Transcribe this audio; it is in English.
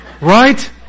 Right